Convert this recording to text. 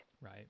Right